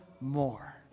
more